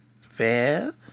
Fair